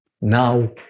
now